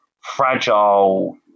fragile